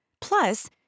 Plus